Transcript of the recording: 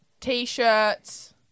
T-shirts